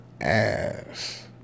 ass